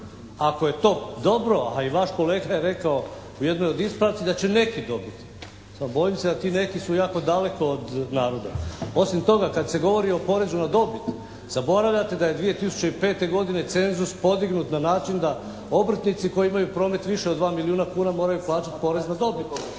Ako je to dobro, a i vaš kolega je rekao u jednoj od ispravci da će neki dobiti. Pa bojim se da ti neki su jako daleko od naroda. Osim toga kad se govori o porezu na dobit zaboravljate da je 2005. godine cenzus podignut na način da obrtnici koji imaju promet više od 2 milijuna kuna moraju plaćati porez na dobit.